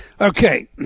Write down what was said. Okay